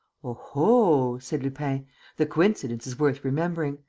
oho! said lupin. the coincidence is worth remembering.